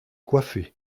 coiffer